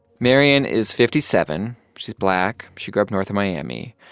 marian is fifty seven. she's black. she grew up north of miami.